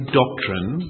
doctrine